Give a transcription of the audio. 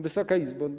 Wysoka Izbo!